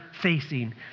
facing